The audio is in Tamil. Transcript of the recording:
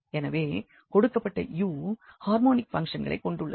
எனவே கொடுக்கப்பட்ட u ஹார்மோனிக் பங்க்ஷனை கொண்டுள்ளது